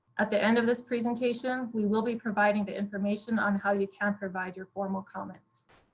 at the end of this presentation, we will be providing the information on how you can provide your formal comments.